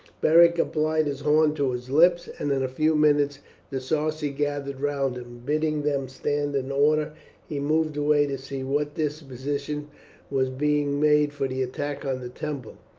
beric applied his horn to his lips, and in a few minutes the sarci gathered round him. bidding them stand in order he moved away to see what disposition was being made for the attack on the temple,